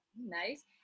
Nice